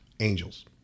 Angels